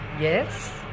yes